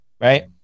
right